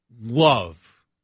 love